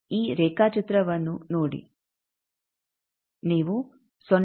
ಈ ರೇಖಾಚಿತ್ರವನ್ನು ನೋಡಿ ನೀವು 0